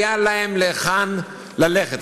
היה להיכן ללכת.